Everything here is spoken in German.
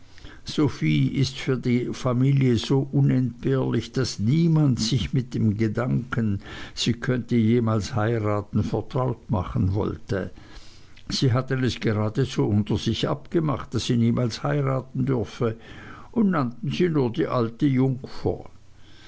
sophie ist für die familie so unentbehrlich daß niemand sich mit dem gedanken sie könne jemals heiraten vertraut machen wollte sie hatten es geradezu unter sich abgemacht daß sie niemals heiraten dürfte und nannten sie nur die alte jungfer